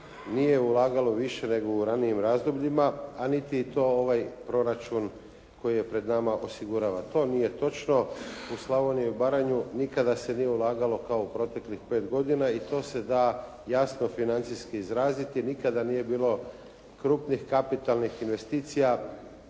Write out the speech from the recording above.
nije ulagalo više nego u ranijim razdobljima, a niti to ovaj proračun koji je pred nama osigurava. To nije točno. U Slavoniju i Baranju nikada se nije ulagalo kao u proteklih 5 godina i to se da jasno financijski izraziti. Nikada nije bilo krupnih kapitalnih investicija